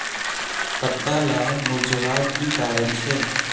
पत्ताला मुरझ्वार की कारण छे?